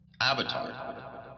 Avatar